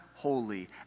holy